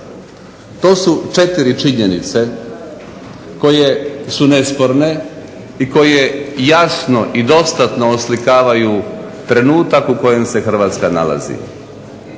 To su četiri činjenice koje su nesporne i koje jasno i dostatno oslikavaju trenutak u kojem se Hrvatska nalazi.